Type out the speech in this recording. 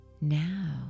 Now